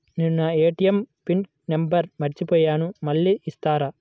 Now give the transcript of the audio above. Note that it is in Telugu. నేను నా ఏ.టీ.ఎం పిన్ నంబర్ మర్చిపోయాను మళ్ళీ ఇస్తారా?